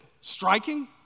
Striking